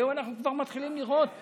היום אנחנו כבר מתחילים לראות,